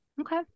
Okay